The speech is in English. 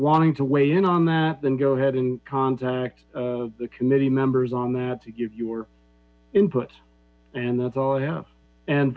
wanting to weigh in on that then go ahead and contact the committee members on that to give your input and that's yeah and